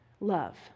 love